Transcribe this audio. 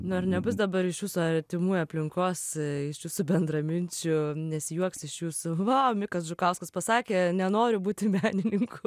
nu ar nebus dabar iš jūsų artimųjų aplinkos iš jūsų bendraminčių nesijuoks iš jūsų va mikas žukauskas pasakė nenoriu būti menininku